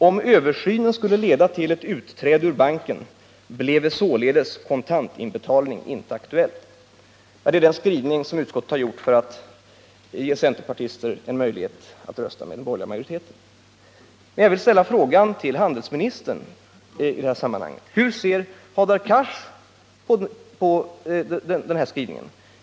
Om översynen skulle leda till ett utträde ur banken bleve således kontantinbetalning inte aktuell”. Den skrivningen har utskottet gjort för att ge centerpartisterna en möjlighet att rösta med den borgerliga majoriteten. Jag vill fråga handelsministern: Hur ser Hadar Cars på den här skrivningen?